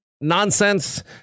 nonsense